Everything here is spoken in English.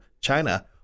China